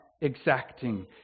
exacting